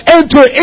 enter